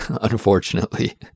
unfortunately